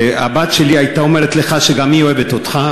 והבת שלי הייתה אומרת לך שגם היא אוהבת אותך,